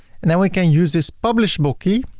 and then we can use this publish book key,